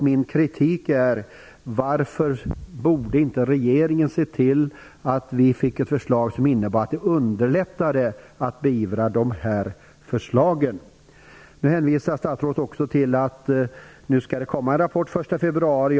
Min kritiska fråga gäller anledningen till att regeringen inte ser till att vi får ett förslag som underlättar beivrandet av de här brotten. Nu hänvisar statsrådet till att det skall komma en rapport den 1 februari.